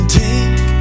take